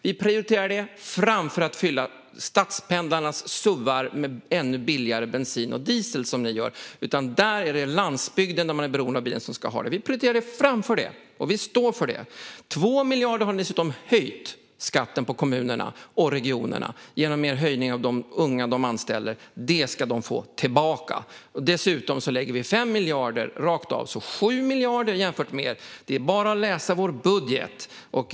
Vi prioriterar det framför att fylla stadspendlarnas suvar med ännu billigare bensin och diesel, som ni gör. Det är de på landsbygden som är beroende av bilen som ska ha pengarna. Vi prioriterar det, och det står vi för. Ni har dessutom höjt skatterna på kommunerna och regionerna med 2 miljarder genom er höjning av avgifterna för de unga som de anställer. Det ska de få tillbaka. Dessutom lägger vi 5 miljarder rakt av, det vill säga 7 miljarder jämfört med er. Det är bara att läsa vår budget.